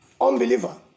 unbeliever